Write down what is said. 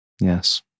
Yes